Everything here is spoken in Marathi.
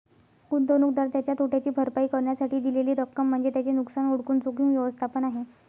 गुंतवणूकदार त्याच्या तोट्याची भरपाई करण्यासाठी दिलेली रक्कम म्हणजे त्याचे नुकसान ओळखून जोखीम व्यवस्थापन आहे